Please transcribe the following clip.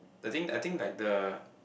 I think I think like the